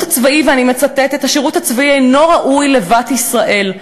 ואני מצטטת: השירות הצבאי אינו ראוי לבת-ישראל.